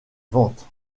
vente